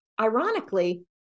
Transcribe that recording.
ironically